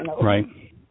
Right